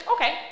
okay